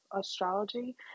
astrology